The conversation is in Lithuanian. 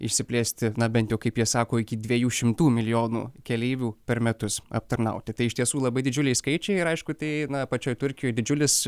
išsiplėsti na bent jau kaip jie sako iki dviejų šimtų milijonų keleivių per metus aptarnauti tai iš tiesų labai didžiuliai skaičiai ir aišku tai na pačioj turkijoj didžiulis